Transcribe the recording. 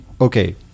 Okay